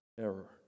error